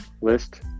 list